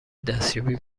دستیابی